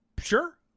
Sure